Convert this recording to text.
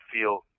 feel